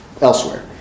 elsewhere